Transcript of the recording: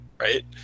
right